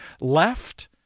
left